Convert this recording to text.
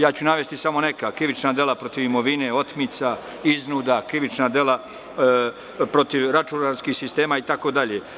Ja ću navesti samo neka krivična dela protiv imovine, otmica, iznuda, krivična dela protiv računarskih sistema itd.